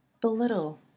belittle